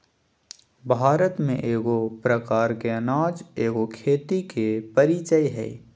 भारत में एगो प्रकार के अनाज एगो खेती के परीचय हइ